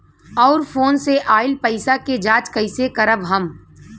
और फोन से आईल पैसा के जांच कैसे करब हम?